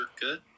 good